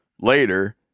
later